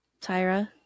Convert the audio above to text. tyra